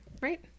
right